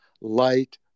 light